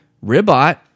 Ribot